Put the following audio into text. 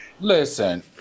Listen